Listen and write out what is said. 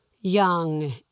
young